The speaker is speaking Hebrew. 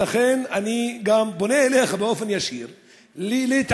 ולכן, אני גם פונה אליך באופן ישיר להתערב,